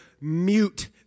mute